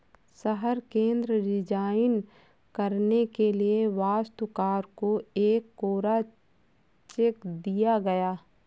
शहर केंद्र डिजाइन करने के लिए वास्तुकार को एक कोरा चेक दिया गया